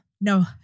no